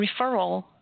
referral